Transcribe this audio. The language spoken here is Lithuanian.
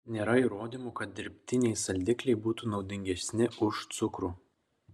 nėra įrodymų kad dirbtiniai saldikliai būtų naudingesni už cukrų